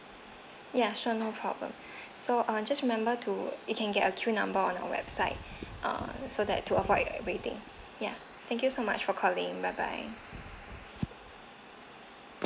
ya sure no problem so uh just remember to you can get a queue number on our website uh so that to avoid waiting ya thank you so much for calling bye bye